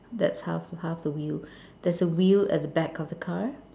that's half half of the wheel there's a wheel at the back of the car